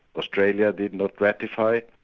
australia did not ratify,